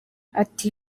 ati